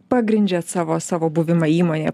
pagrindžiat savo savo buvimą įmonėje